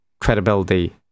credibility